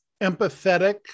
empathetic